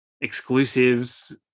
exclusives